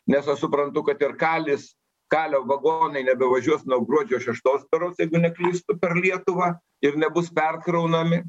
nes aš suprantu kad ir kalis kalio vagonai nebevažiuos nuo gruodžio šeštos berods jeigu neklystu per lietuvą ir nebus perkraunami